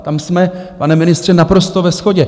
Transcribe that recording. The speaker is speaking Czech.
Tam jsme, pane ministře, naprosto ve shodě.